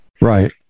Right